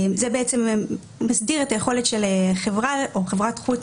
זה מסדיר את היכולת של חברה או חברת חוץ